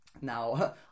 now